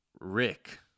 Rick